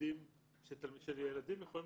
שילדים יכולים